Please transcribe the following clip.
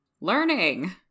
learning